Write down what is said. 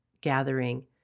gathering